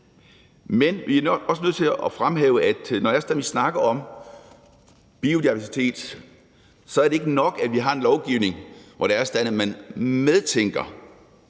Men vi er nok også nødt til at fremhæve, at når det er sådan, at vi snakker om biodiversitet, er det ikke nok, at vi har en lovgivning, hvor det er sådan, at man medtænker